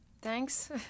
Thanks